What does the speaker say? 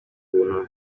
kuntu